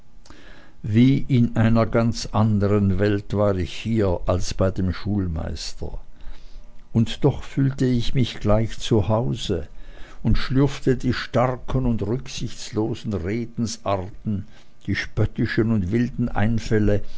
wie in einer ganz anderen welt war ich hier als bei dem schulmeister und doch fühlte ich mich gleich zu hause und schlürfte die starken und rücksichtslosen redensarten die spöttischen und wilden einfälle